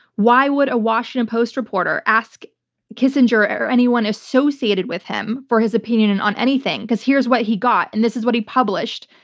why would a washington post reporter ask kissinger or anyone associated with him for his opinion and on anything? because here's what he got and this is what he published.